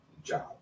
job